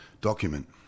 document